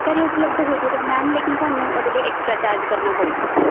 ਘਰੇ ਉਪਲਬਧ ਹੋਜੂਗਾ ਮੈਮ ਲੇਕਿਨ ਤੁਹਾਨੂੰ ਉਹਦੇ ਲਈ ਐਕਸਟਰਾ ਚਾਰਜ ਕਰਨਾ ਪਊ